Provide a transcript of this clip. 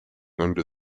under